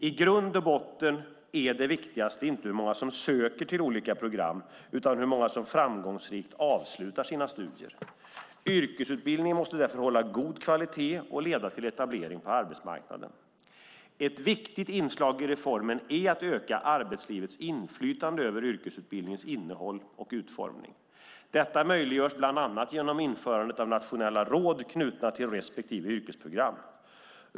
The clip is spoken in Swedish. I grund och botten är det viktigaste inte hur många som söker till olika program utan hur många som framgångsrikt avslutar sina studier. Yrkesutbildningen måste därför hålla god kvalitet och leda till etablering på arbetsmarknaden. Ett viktigt inslag i reformen är att öka arbetslivets inflytande över yrkesutbildningens innehåll och utformning. Detta möjliggörs bland annat genom införandet av nationella råd knutna till respektive yrkesprogram.